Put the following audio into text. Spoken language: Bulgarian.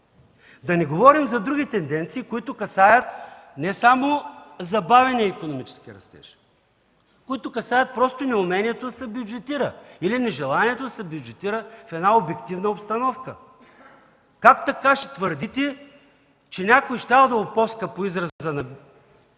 Да не говорим за други тенденции, които касаят не само забавяне на икономическия растеж, касаят просто неумението да се бюджетира или нежеланието да се бюджетира в една обективна обстановка. Как така ще твърдите, че някой щял да „опоска”, по израза на